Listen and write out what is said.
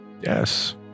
Yes